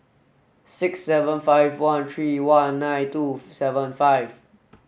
six seven five one three one nine two seven five